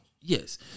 Yes